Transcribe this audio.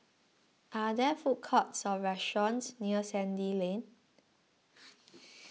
are there food courts or restaurants near Sandy Lane